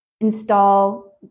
install